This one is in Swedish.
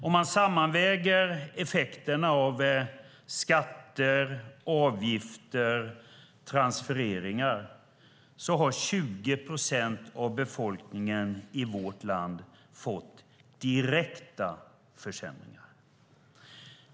Om man sammanväger effekterna av skatter, avgifter och transfereringar har 20 procent av befolkningen i vårt land fått direkta försämringar.